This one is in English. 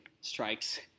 strikes